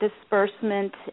disbursement